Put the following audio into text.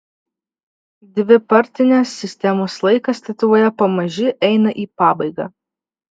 dvipartinės sistemos laikas lietuvoje pamaži eina į pabaigą